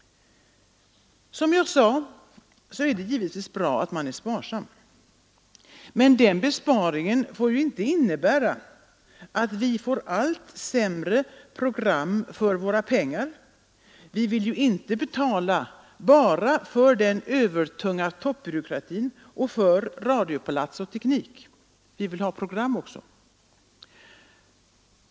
Som jag sade är det givetvis bra att man är sparsam, men besparingarna får ju inte innebära att vi får allt sämre program för våra pengar. Vi vill inte betala bara för den övertunga toppbyråkratin och för radiopalats och teknik. Vi vill ha program också.